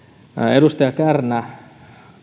edustaja kärnä